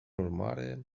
urmare